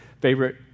favorite